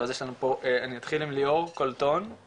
אני אתחיל עם ליאור קולטון,